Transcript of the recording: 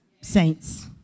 saints